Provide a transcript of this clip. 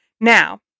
Now